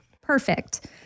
perfect